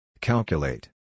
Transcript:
Calculate